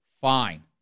Fine